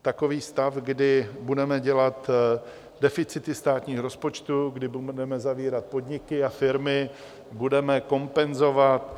Takový stav, kdy budeme dělat deficity státních rozpočtů, kdy budeme zavírat podniky a firmy, budeme kompenzovat.